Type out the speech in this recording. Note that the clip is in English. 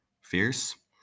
fierce